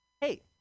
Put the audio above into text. Hey